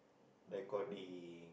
recording